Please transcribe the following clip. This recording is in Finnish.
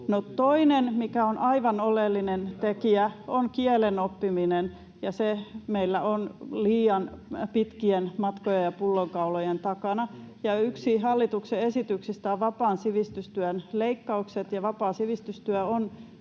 toinen, mikä on aivan oleellinen tekijä, on kielen oppiminen, ja se meillä on liian pitkien matkojen ja pullonkaulojen takana. Yksi hallituksen esityksistä on vapaan sivistystyön leikkaukset, ja vapaa sivistystyö on